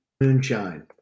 Moonshine